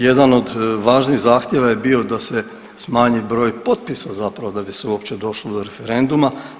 Jedan od važnih zahtjeva je bio da se smanji broj potpisa zapravo da bi se uopće došlo do referendum.